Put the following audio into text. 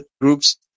groups